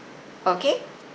okay